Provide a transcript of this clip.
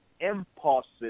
impulses